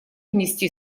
внести